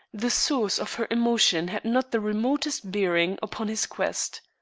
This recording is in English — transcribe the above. the source of her emotion had not the remotest bearing upon his quest.